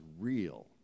real